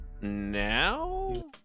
now